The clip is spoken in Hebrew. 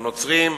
הנוצרים,